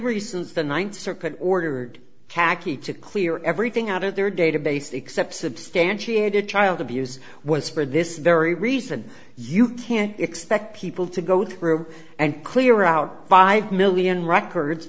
reasons the ninth circuit ordered khaki to clear everything out of their database except substantiated child abuse was for this very reason you can't expect people to go through and clear out five million records